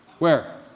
where?